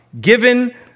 given